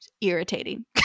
irritating